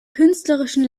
künstlerischen